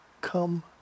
come